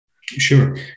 Sure